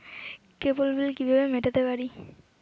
কেবল bill কিভাবে মেটাতে পারি?